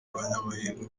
abanyamahirwe